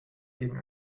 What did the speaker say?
gegen